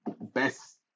best